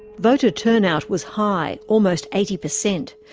voter turnout was high almost eighty per cent.